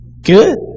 Good